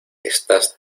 estas